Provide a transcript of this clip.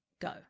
go